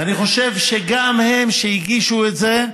ואני חושב שגם הם, שהגישו את זה,